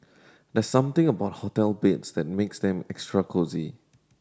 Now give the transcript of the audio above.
there's something about hotel beds that makes them extra cosy